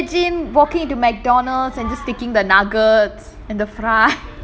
just imagine walking into McDonald's and just taking the nuggets and the fries